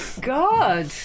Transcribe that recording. God